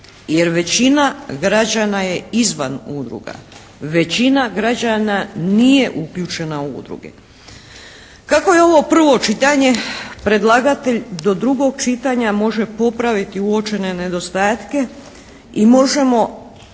jer većina građana je izvan udruga. Većina građana nije uključena u udruge. Kako je ovo prvo čitanje, predlagatelj do drugog čitanja može popraviti uočene nedostatke i možemo